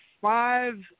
five